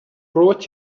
brought